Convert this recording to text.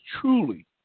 truly